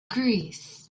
greece